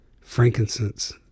frankincense